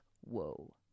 whoa